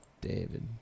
David